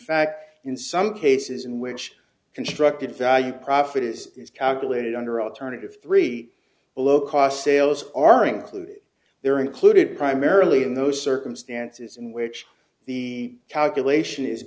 fact in some cases in which constructed value profit is calculated under alternative three below cost sales are included they're included primarily in those circumstances in which the calculation is